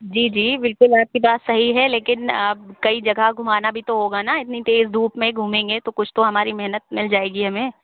जी जी बिल्कुल आपकी बात सही है लेकिन आप कई जगह घूमाना भी तो होगा ना इतनी तेज़ धूप में घूमेंगे तो कुछ तो हमारी मेहनत मिल जाएगी हमें